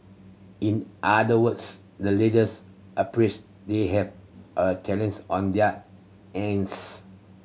in other words the leaders appreciate they have a challenge on their ends